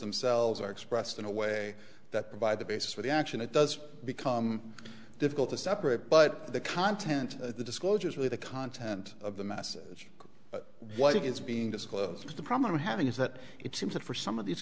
themselves are expressed in a way that provide the basis for the action it does become difficult to separate but the content of the disclosure is really the content of the message what is being disclosed is the problem i'm having is that it seems that for some of these